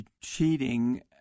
cheating